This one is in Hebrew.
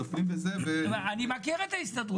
אני מכיר את ההסתדרות.